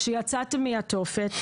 יצאתם מהתופת,